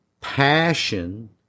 passion